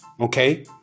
Okay